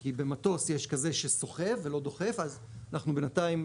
כי במטוס יש כזה שסוחב ולא דוחף אז אנחנו בינתיים,